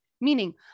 meaning